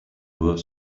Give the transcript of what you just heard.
were